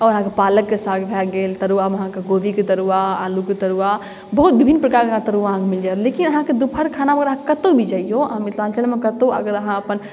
आओर अहाँके पालकके साग भए गेल तरुआमे अहाँके गोभीके तरुआ आलुके तरुआ बहुत विभिन्न प्रकारके तरुआ अहाँके मिल जायत लेकिन अहाँके दोपहर खाना वगैरह अहाँ कतौ भी जइयो अहाँ मिथिलाञ्चलमे कतौ अगर अहाँ अपन